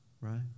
right